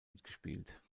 mitgespielt